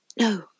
No